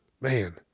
man